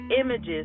images